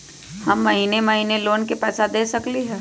हम महिने महिने लोन के पैसा दे सकली ह?